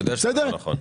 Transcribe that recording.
אתה יודע שזה לא נכון.